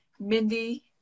Mindy